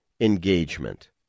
engagement